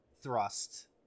Thrust